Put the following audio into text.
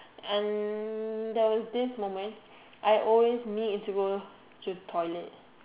and there was this moment I always need to go to the toilet